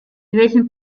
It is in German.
welchen